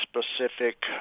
specific